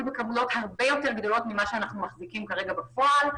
בכמויות הרבה יותר גדולות ממה שאנחנו מחזיקים כרגע בפועל.